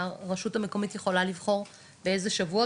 הרשות המקומית יכולה לבחור באיזה שבועות,